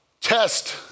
test